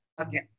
Okay